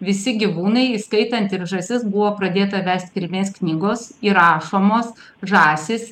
visi gyvūnai įskaitant ir žąsis buvo pradėta vest kilmės knygos įrašomos žąsys